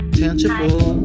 tangible